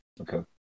Okay